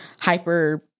hyper